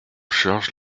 charge